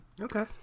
Okay